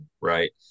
right